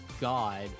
God